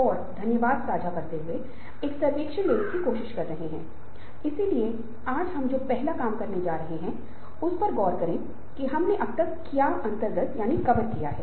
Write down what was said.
वैचारिक रूप से प्रेरणा के3 घटक हैं एक दिशा है व्यक्ति क्या करने की कोशिश कर रहा है प्रयास व्यक्ति कितना कठिन काम कर रहा है हठ कब तक एक व्यक्ति यह करना जारी रखता है